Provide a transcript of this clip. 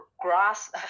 grass